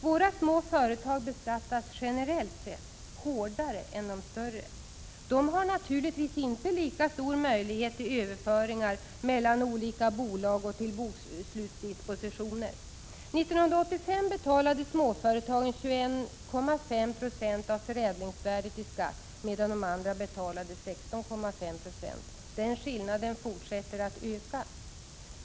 Våra små företag beskattas generellt sett hårdare än de större. De har naturligtvis inte lika stor möjlighet till överföringar mellan olika bolag och till bokslutsdispositioner. 1985 betalade småföretagen 21,5960 av förädlingsvärdet i skatt medan de andra betalade 16,596. Den skillnaden fortsätter att öka.